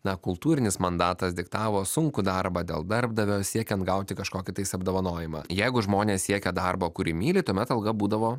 na kultūrinis mandatas diktavo sunkų darbą dėl darbdavio siekiant gauti kažkokį tais apdovanojimą jeigu žmonės siekia darbo kurį myli tuomet alga būdavo